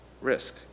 risk